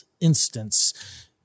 instance